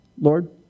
Lord